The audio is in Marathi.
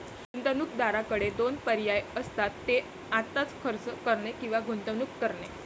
गुंतवणूकदाराकडे दोन पर्याय असतात, ते आत्ताच खर्च करणे किंवा गुंतवणूक करणे